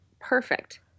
perfect